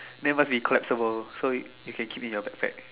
then must be quite small so you can keep it in your backpack